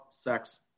sex